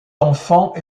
d’enfants